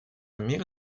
мир